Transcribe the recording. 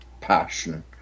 passion